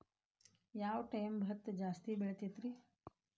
ಯಾವ ಟೈಮ್ಗೆ ಭತ್ತ ಜಾಸ್ತಿ ಬೆಳಿತೈತ್ರೇ?